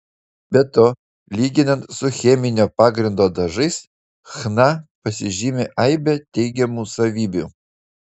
be to lyginant su cheminio pagrindo dažais chna pasižymi aibe teigiamų savybių